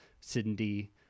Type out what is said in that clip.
Sydney